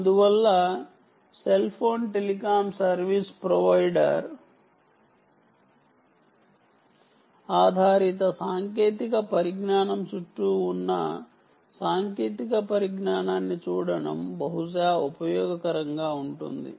అందువల్ల cell phone telecom service provider ఆధారిత సాంకేతిక పరిజ్ఞానం చుట్టూ ఉన్న సాంకేతిక పరిజ్ఞానాన్ని చూడటం బహుశా ఉపయోగకరంగా ఉంటుంది